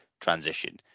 transition